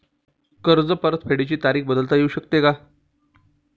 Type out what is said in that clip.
कर्ज परतफेडीची तारीख बदलता येऊ शकते का?